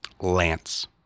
Lance